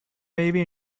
maybe